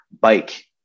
bike